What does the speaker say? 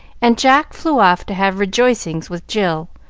and jack flew off to have rejoicings with jill,